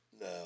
No